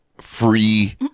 free